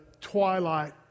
twilight